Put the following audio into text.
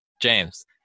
James